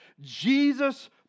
jesus